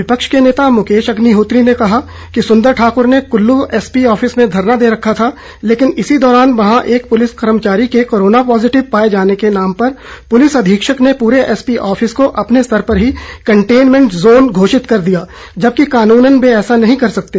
विपक्ष के नेता मुकेश अग्निहोत्री ने कहा कि सुंदर ठाकर ने कुल्लू एसपी ऑफिस में धरना दे रखा था लेकिन इसी दौरान वहां एक पुलिस कर्मचारी के कोरोना पॉजिटिव पाए जाने के नाम पर पुलिस अधीक्षक ने पूरे एसपी ऑफिस को अपने स्तर पर ही कंटेनमेंट जोन घोषित कर दिया जबकि कानूनन ये ऐसा नहीं कर सकते